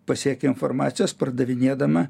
pasiekė informacijos pardavinėdama